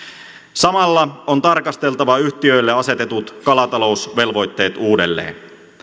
samalla on tarkasteltava yhtiöille asetetut kalatalousvelvoitteet uudelleen